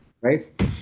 right